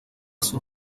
sus